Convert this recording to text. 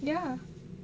ya